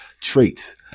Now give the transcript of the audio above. traits